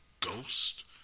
Ghost